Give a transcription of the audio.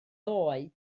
ddoe